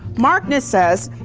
markedness says,